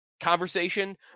conversation